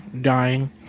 dying